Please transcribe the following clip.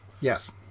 Yes